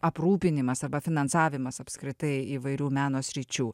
aprūpinimas arba finansavimas apskritai įvairių meno sričių